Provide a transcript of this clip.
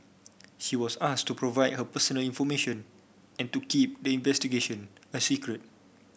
she was asked to provide her personal information and to keep the investigation a secret